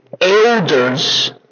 elders